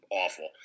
awful